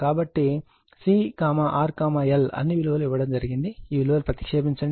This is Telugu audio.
కాబట్టి CRL అన్ని విలువలు ఇవ్వడం జరిగింది ఈ విలువలను ప్రతిక్షేపించండి